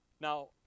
Now